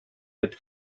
had